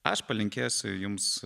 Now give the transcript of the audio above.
aš palinkėsiu jums